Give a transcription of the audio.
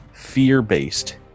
fear-based